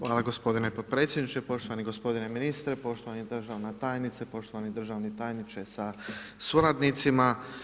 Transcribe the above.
Hvala gospodine potpredsjedniče, poštovani gospodine ministre, poštovana državna tajnice, poštovani državni tajniče sa suradnicima.